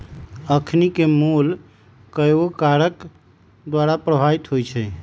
अखनिके मोल कयगो कारक द्वारा प्रभावित होइ छइ